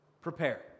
Prepare